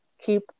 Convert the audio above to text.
keep